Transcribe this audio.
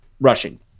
rushing